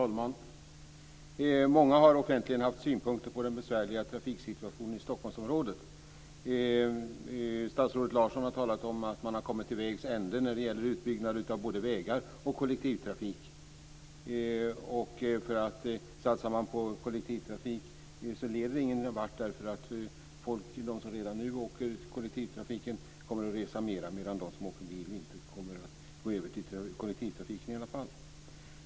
Herr talman! Många har offentligen haft synpunkter på den besvärliga trafiksituationen i Stockholmsområdet. Statsrådet Larsson har talat om att man har kommit till vägs ände när det gäller utbyggnaden av både vägar och kollektivtrafik. Satsar man på kollektivtrafik leder det ingen vart. De som redan nu åker med kollektivtrafiken kommer att resa mer medan de som åker bil inte kommer att gå över till kollektivtrafiken i alla fall.